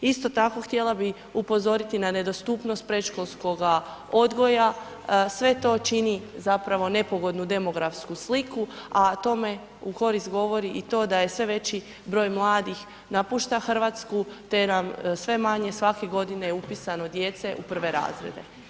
Isto tako htjela bi upozoriti na nedostupnost predškolskoga odgoja, sve to čini zapravo nepogodnu demografsku sliku, a tome u korist govori i to da je sve veći broj mladih napušta RH, te nam sve manje svake godine je upisano djece u prve razrede.